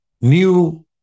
new